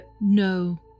No